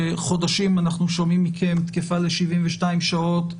שחודשים אנחנו שומעים מכם שהיא תקפה ל-72 שעות,